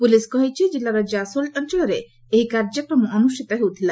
police କହିଛି ଜିଲ୍ଲାର ଜାସୋଲ୍ ଅଞ୍ଚଳରେ ଏହି କାର୍ଯ୍ୟକ୍ରମ ଅନୁଷ୍ଠିତ ହେଉଥିଲା